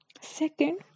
Second